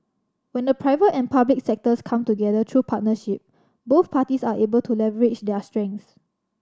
when the private and public sectors come together through partnership both parties are able to leverage their strengths